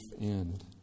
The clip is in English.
end